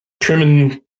trimming –